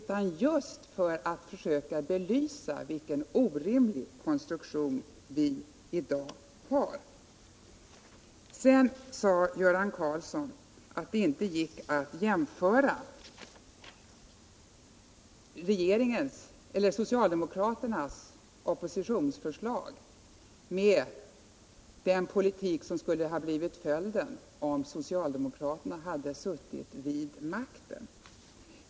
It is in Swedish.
Men jag vill belysa vilken orimlig konstruktion vi i dag har. Sedan sade Göran Karlsson att det inte gick att jämföra socialdemokraternas oppositionsförslag med den politik som skulle blivit följden om socialdemokraterna hade suttit vid makten.